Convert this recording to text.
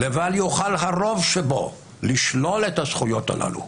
לבל יוכל הרוב שבו לשלול את הזכויות הללו.